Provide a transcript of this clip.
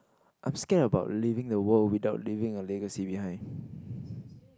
I'm scared about leaving the world without leaving a legacy behind